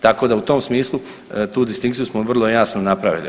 Tako da u tom smislu tu distinkciju smo vrlo jasno napravili.